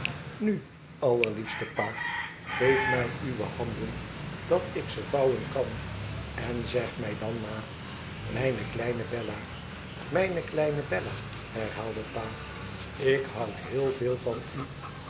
nu allerliefste pa geef mij uwe handen dat ik ze vouwen kan en zeg mij dan na mijne kleine bella mijne kleine bella herhaalde pa ik houd heel veel van u